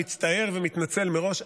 מצטער ומתנצל מראש,